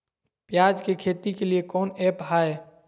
प्याज के खेती के लिए कौन ऐप हाय?